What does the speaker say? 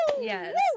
Yes